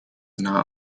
not